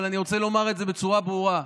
אבל אני רוצה לומר את זה בצורה ברורה: